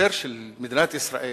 בהקשר של מדינת ישראל,